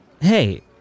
Hey